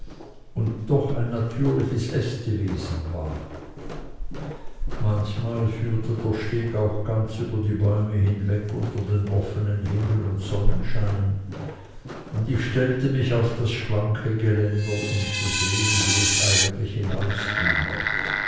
und doch ein natürliches ästewesen war manchmal führte der steg auch ganz über die bäume hinweg unter den offenen himmel und sonnenschein und ich stellte mich auf das schwanke geländer um zu sehen wo es eigentlich